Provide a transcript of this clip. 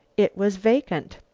it was vacant.